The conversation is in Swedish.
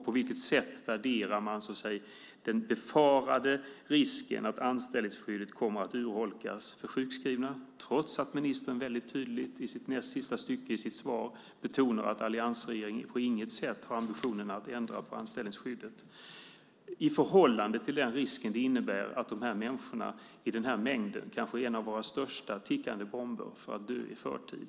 På vilket sätt värderar man den befarade risken att anställningsskyddet kommer att urholkas för sjukskrivna - ministern betonar väldigt tydligt i sitt svar att alliansregeringen på inget sätt har ambitionen att ändra på anställningsskyddet - i förhållande till den risk det innebär att de här människorna i den här mängden kanske är en av våra största tickande bomber när det gäller att dö i förtid?